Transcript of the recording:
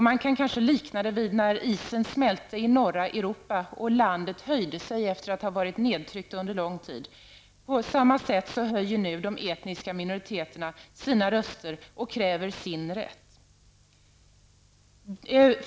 Man kan kanske likna det vid situationen som uppstod när isen smälte i norra Europa och landet höjde sig efter att under lång tid ha varit nedtryckt. På samma sätt höjer nu de etniska minoriteterna sina röster och kräver sin rätt.